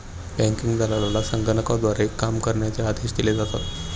banking दलालाला संगणकाद्वारे काम करण्याचे आदेश दिले जातात